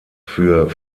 für